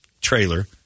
trailer